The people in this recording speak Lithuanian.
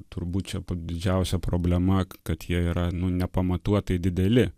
turbūt čia didžiausia problema kad jie yra nu nepamatuotai dideli